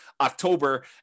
October